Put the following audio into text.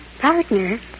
Partner